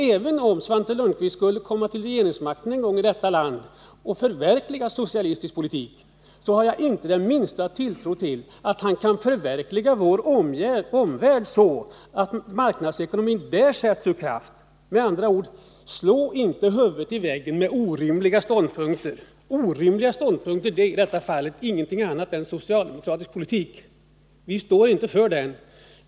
Även om Svante Lundkvist skulle komma till regeringsmakten och förverkliga socialistisk politik i detta land så har jag inte den minsta tilltro till att han kan förändra vår omvärld så att marknadsekonomin där sätts ur kraft. Med andra ord: SIå inte huvudet i väggen med orimliga ståndpunkter! Orimliga ståndpunkter är i detta fall ingenting annat än socialdemokratisk politik. Vi står inte för den.